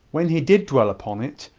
when he did dwell upon it,